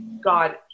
God